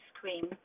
cream